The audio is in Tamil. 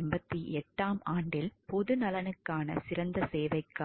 1988 ஆம் ஆண்டில் பொது நலனுக்கான சிறந்த சேவைக்கான